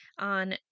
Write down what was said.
on